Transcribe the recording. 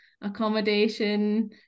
accommodation